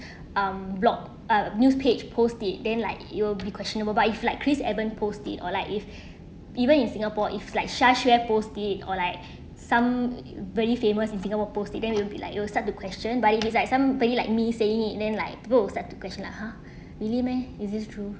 um blog uh news page post it then like you will be questionable by if like chris evan post it or like if even in singapore it's like xiaxue post it or like some very famous in singapore post it then you will be like you start to question but if it's like somebody like me saying it then like people will start to question lah ha really meh is this true